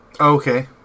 Okay